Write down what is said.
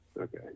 Okay